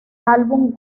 álbum